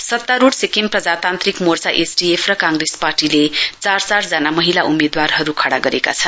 सत्तारूढ सिक्किम प्रजातान्त्रिक मोर्चा एसडीएफ र कांग्रेस पार्टीले चार चार जना महिला उम्मेद्वारहरू खडा गरेका छन्